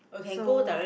so